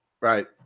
Right